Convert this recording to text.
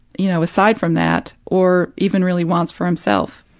you know, aside from that or even really wants for himself,